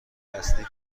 اصلی